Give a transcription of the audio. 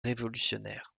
révolutionnaire